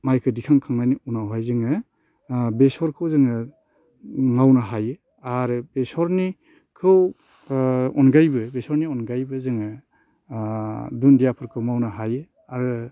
माइखौ दिखांखांनायनि उनावहाय जोङो बेसरखौ जोङो मावनो हायो आरो बेसरनिखौ अनगायैबो बेसर अनगायैबो जोङो दुनदियाफोरखौ मावनो हायो आरो